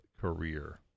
career